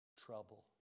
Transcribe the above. trouble